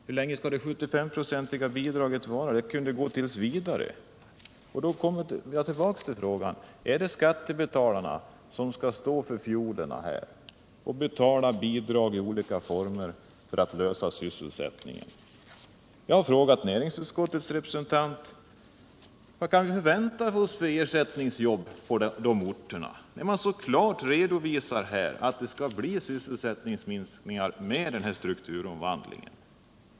Hur länge skall det 75-procentiga bidraget gälla? Det sägs att det skall utgå t. v. Är det skattebetalarna som skall stå för fiolerna och betala bidrag i olika former för att klara sysselsättningen? Jag har frågat näringsutskottets representant: Vad kan vi vänta för ersättningsjobb på de aktuella orterna, när man så klart redovisar att det skall bli sysselsättningsminskningar i och med strukturomvandlingen?